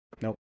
Nope